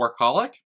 workaholic